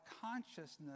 consciousness